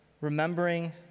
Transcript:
remembering